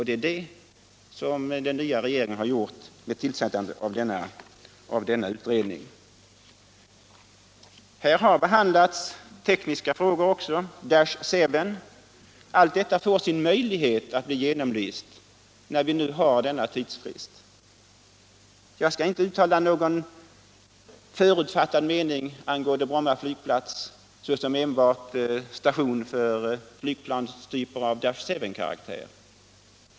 Det är det som den nya regeringen vill göra genom tillsättandet av utredningen. Här har behandlats även tekniska frågor, såsom Dash 7. De kan också bli genomlysta när vi nu har denna tidsfrist. Jag skall inte uttala någon förutfattad mening angående Bromma flygplats såsom enbart station för flygplan av Dash 7-karaktär.